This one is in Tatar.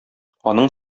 аның